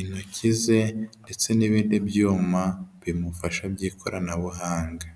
intoki ze ndetse n'ibindi byuma bimufasha by'ikoranabuhanga.